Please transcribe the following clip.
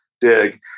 dig